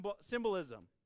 symbolism